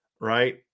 Right